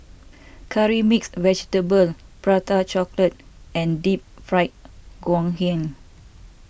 Curry Mixed Vegetable Prata Chocolate and Deep Fried Ngoh Hiang